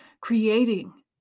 creating